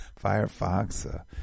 firefox